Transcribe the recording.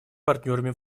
партнерами